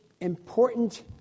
important